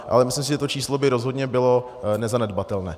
Ale myslím si, že to číslo by rozhodně bylo nezanedbatelné.